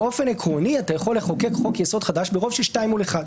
באופן עקרוני אתה יכול לחוקק חוק יסוד חדש ברוב של שניים מול אחד.